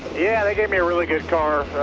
yeah they gave me really good car,